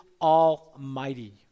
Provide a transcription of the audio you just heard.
almighty